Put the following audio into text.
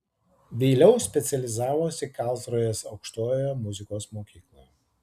vėliau specializavosi karlsrūhės aukštojoje muzikos mokykloje